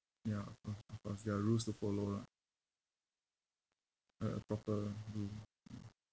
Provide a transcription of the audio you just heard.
ya plus plus there are rules to follow lah like a proper rule mm